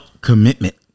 commitment